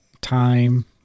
time